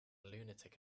lunatic